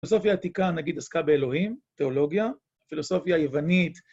פילוסופיה עתיקה נגיד עסקה באלוהים, תיאולוגיה, פילוסופיה יוונית.